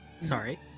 Sorry